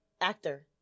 actor